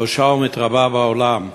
הפושה ומתרבה בעולם,